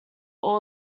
all